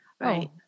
Right